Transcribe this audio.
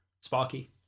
Sparky